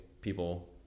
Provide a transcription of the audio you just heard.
people